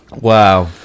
Wow